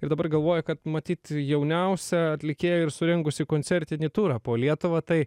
ir dabar galvoja kad matyt jauniausia atlikėja ir surengusi koncertinį turą po lietuvą tai